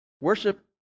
Worship